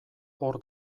hor